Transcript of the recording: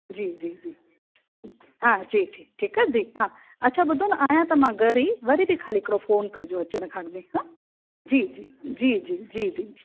जी जी जी हां जी ठीकु आहे जी हा अच्छा ॿुधो न आहियां त मां घर ई वरी बि हल हिकिड़ो फोन कजो अचण खां अॻिमें जी जी जी